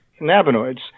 cannabinoids